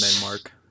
mark